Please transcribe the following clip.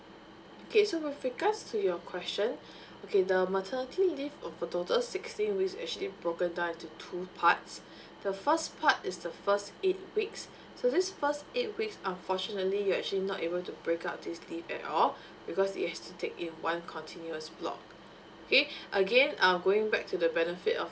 okay so with regards to your question okay the maternity leave of total sixteen weeks actually broken down into two parts the first part is the first eight weeks so this first eight weeks unfortunately you're actually not able to break up this leave at all because it has to take it in one continuous block okay again um going back to the benefit of